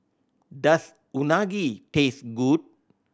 does Unagi taste good